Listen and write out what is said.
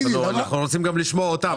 אנחנו רוצים גם לשמוע אותם,